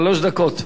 שלוש דקות.